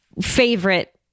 favorite